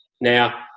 Now